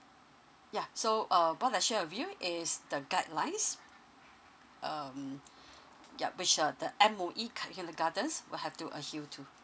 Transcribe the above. ya so err what I share with you is the guidelines um ya which uh the M_O_E k~ kindergartens will have to adhere to